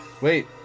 Wait